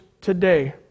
today